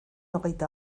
hogeita